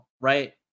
right